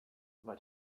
but